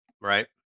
Right